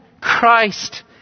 Christ